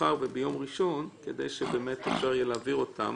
מחר וביום ראשון כדי שבאמת ניתן יהיה להעביר אותם